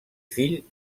fill